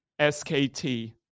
SKT